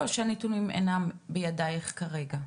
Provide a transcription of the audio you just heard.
או שהנתונים אינם בידייך כרגע?